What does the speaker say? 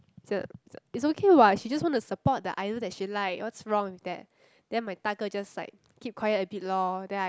is okay what she just want to support the idol that she like what's wrong with that then my 大哥 just like keep quiet a bit lor then I